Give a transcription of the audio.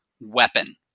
weapon